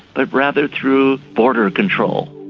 but rather through border control.